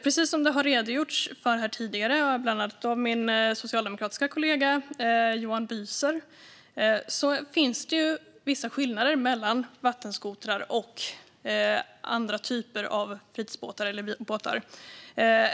Precis som det har redogjorts för tidigare, bland annat av min socialdemokratiske kollega Johan Büser, finns vissa skillnader mellan vattenskotrar och andra typer av fritidsbåtar och båtar.